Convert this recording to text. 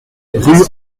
rue